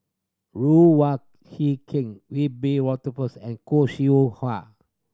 Ruth Wong Hie King Wiebe Wolters and Khoo Seow Hwa